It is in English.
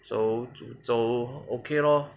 so 煮粥 okay lor